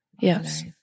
yes